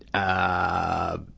ah,